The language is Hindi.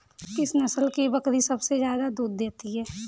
किस नस्ल की बकरी सबसे ज्यादा दूध देती है?